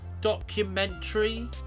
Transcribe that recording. documentary